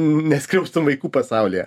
neskriaustum vaikų pasaulyje